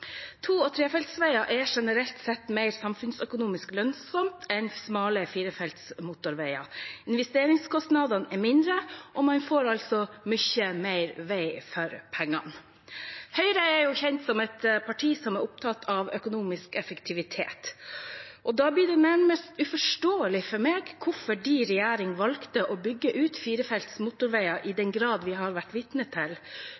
To- og trefeltsveier er generelt sett mer samfunnsøkonomisk lønnsomt enn smale firefelts motorveier. Investeringskostnadene er mindre, og man får altså mye mer vei for pengene. Høyre er kjent som et parti som er opptatt av økonomisk effektivitet, og da blir det nærmest uforståelig for meg hvorfor representanten Hellelands regjering valgte å bygge ut firefelts motorveier i den grad vi har vært vitne til.